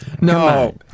No